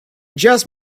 just